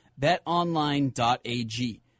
BetOnline.ag